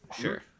Sure